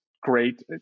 great